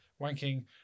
wanking